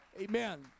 Amen